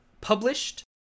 published